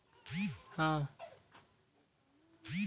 police bank डकैती से संबंधित घटना रो जांच करी रहलो छै